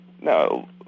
no